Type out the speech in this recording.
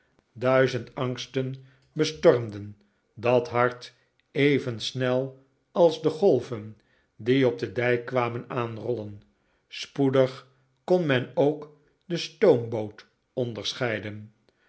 duizend angsten bestormden dat hart even snel als de golven die op den dijk kwamen aanrollen spoedig kon men ook de stoomboot onderscheiden